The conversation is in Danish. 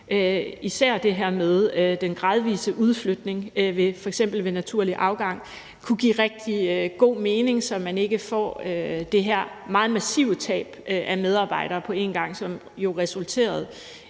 især det her med den gradvise udflytning, f.eks. ved naturlig afgang, kunne give rigtig god mening, så man ikke får det her meget massive tab af medarbejdere på en gang, hvad der jo resulterede